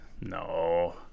No